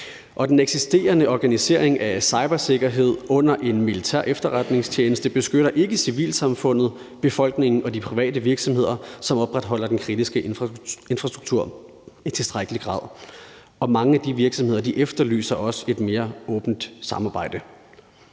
den eksisterende organisering af cybersikkerhed under en militær efterretningstjeneste beskytter ikke civilsamfundet, befolkningen og de private virksomheder, som opretholder den kritiske infrastruktur, i tilstrækkelig grad. Mange af de virksomheder efterlyser også et mere åbent samarbejde.